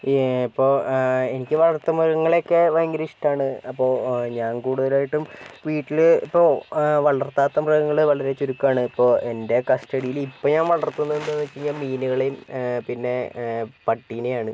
ഏ ഇപ്പോൾ എനിക്ക് വളർത്ത് മൃഗങ്ങളേ ഒക്കെ ഭയങ്കര ഇഷ്ടമാണ് അപ്പോൾ ഞാൻ കൂടുതലായിട്ടും വീട്ടില് ഇപ്പോൾ വളർത്താത്ത മൃഗങ്ങള് വളരെ ചുരുക്കമാണ് ഇപ്പോൾ എൻ്റെ കുസ്റ്റഡിയിൽ ഇപ്പോൾ ഞാൻ വളർത്തുന്നതെന്ന് വെച്ചാൽ ഞാൻ മീനുകളെയും പിന്നേ പട്ടിനേയുമാണ്